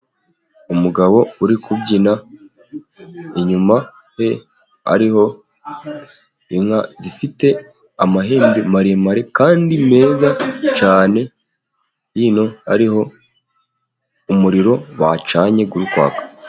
Umugabo uri kubyina, inyuma he hariho inka zifite amahembe maremare kandi meza cyane, hino hariho umuriro becanye, uri kwaka.